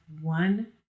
one